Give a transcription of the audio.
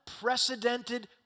unprecedented